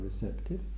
receptive